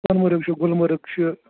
سۄنہٕ مرگ چھُ گُلمرگ چھُ